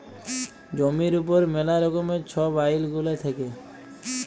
জমির উপর ম্যালা রকমের ছব আইল গুলা থ্যাকে